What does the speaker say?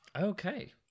Okay